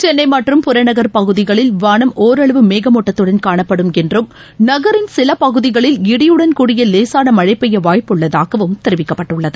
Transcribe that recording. சென்ளை மற்றும் புறநகர் பகுதிகளில் வானம் ஓரளவு மேகமூட்டத்துடன் காணப்படும் என்றும் நகரின் சில பகுதிகளில் இடியுடன் கூடிய லேசான மழை பெய்ய வாய்ப்புள்ளதாகவும் தெரிவிக்கப்பட்டுள்ளது